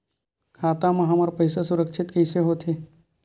खाता मा हमर पईसा सुरक्षित कइसे हो थे?